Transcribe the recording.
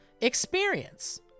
experience